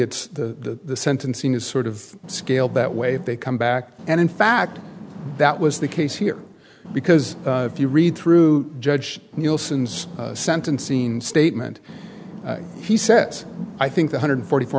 it's the sentencing is sort of scale that way if they come back and in fact that was the case here because if you read through judge nielsen's sentence scene statement he said i think one hundred forty four